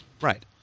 Right